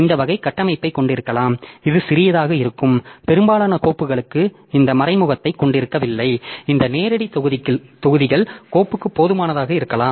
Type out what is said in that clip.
இந்த வகை கட்டமைப்பை கொண்டிருக்கலாம் இது சிறியதாக இருக்கும் பெரும்பாலான கோப்புகளுக்கு இந்த மறைமுகத்தை கொண்டிருக்கவில்லை இந்த நேரடி தொகுதிகள் கோப்புக்கு போதுமானதாக இருக்கலாம்